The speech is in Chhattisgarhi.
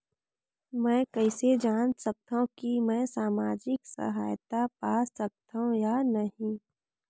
मै कइसे जान सकथव कि मैं समाजिक सहायता पा सकथव या नहीं?